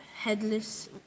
headless